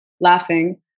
laughing